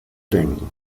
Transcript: denken